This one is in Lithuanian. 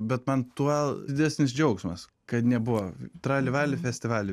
bet man tuo didesnis džiaugsmas kad nebuvo trali vali festivali